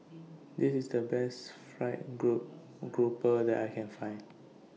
This IS The Best Fried Grouper that I Can Find